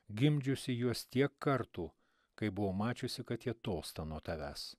gimdžiusi juos tiek kartų kai buvau mačiusi kad jie tolsta nuo tavęs